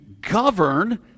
govern